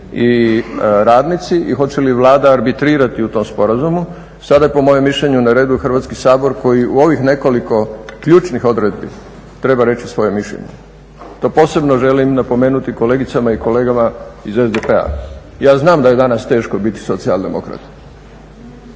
i radnici i hoće li Vlada arbitrirati u tom sporazumu, sad po mom mišljenju na redu je Hrvatski sabor koji u ovih nekoliko ključnih odredbi treba reći svoje mišljenje. To posebno želim napomenuti kolegicama i kolegama iz SDP-a. Ja znam da je danas teško biti socijal demokrat